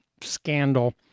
scandal